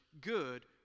good